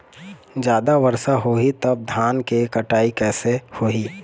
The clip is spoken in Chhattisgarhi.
जादा वर्षा होही तब धान के कटाई कैसे होही?